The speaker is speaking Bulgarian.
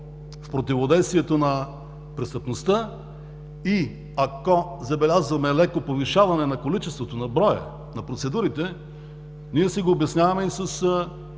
в противодействието на престъпността. Ако забелязваме леко повишаване на количеството, на броя на процедурите, си го обясняваме и с